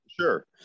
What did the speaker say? Sure